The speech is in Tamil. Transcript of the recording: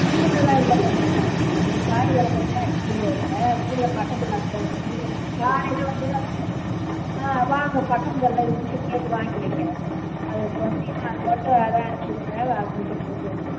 கீரைலாம் இல்லைங்கண்ணே இது காய் கடை தானே கீரை இல்லை கீரை பக்கத்து கடையில் இருக்குது கடையில் வந்து ஆ வாங்க பக்கத்து கடையில் இருக்குது கேட்டு வாங்கி வைக்கிறேன் அது யாரையாவது அனுப்பிச்சுடுங்க அவங்கள்ட்ட கொடுத்துவுட்றேன்